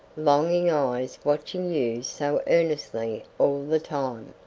longing eyes watching you so earnestly all the time?